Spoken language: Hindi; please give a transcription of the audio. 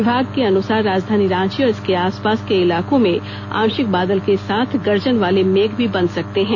विभाग के अनुसार राजधानी रांची और इसके आसपास के इलाकों में आशिक बादल के साथ गर्जन वाले मेघ भी बन सकते हैं